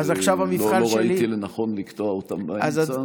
לא ראיתי לנכון לקטוע אותם באמצע.